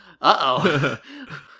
Uh-oh